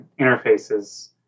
interfaces